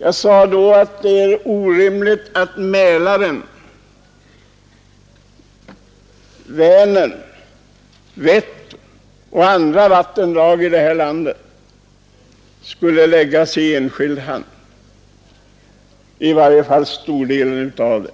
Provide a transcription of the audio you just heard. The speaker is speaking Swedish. Jag sade då att det är orimligt att bestämmanderätten över större delen av Mälaren, Vänern, Vättern och andra vattendrag skulle läggas i enskild hand. Man sade att min tanke